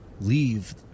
leave